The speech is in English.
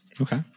Okay